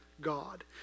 God